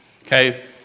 Okay